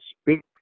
speak